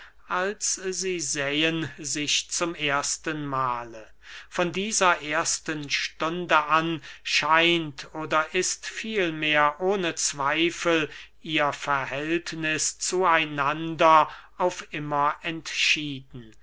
als sie sähen sich zum ersten mahle von dieser ersten stunde an scheint oder ist vielmehr ohne zweifel ihr verhältniß zu einander auf immer entschieden